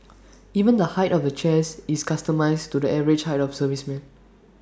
even the height of the chairs is customised to the average height of servicemen